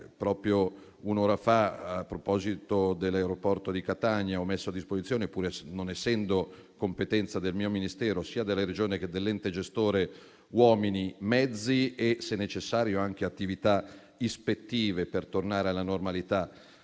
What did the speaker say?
Proprio un'ora fa, a proposito dell'aeroporto di Catania, ho messo a disposizione, pur non essendo competenza del mio Ministero, sia della Regione sia dell'ente gestore, uomini, mezzi e, se necessario, anche attività ispettive per tornare alla normalità